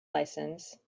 license